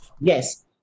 Yes